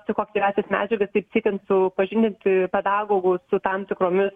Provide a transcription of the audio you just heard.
psichoaktyviąsias medžiagas siekiant supažindinti pedagogus su tam tikromis